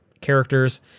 characters